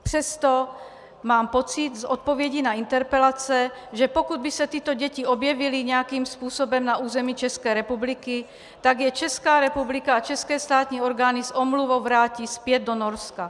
Přesto mám pocit z odpovědí na interpelace, že pokud by se tyto děti objevily nějakým způsobem na území České republiky, tak je Česká republika a české státní orgány s omluvou vrátí zpět do Norska.